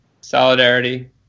Solidarity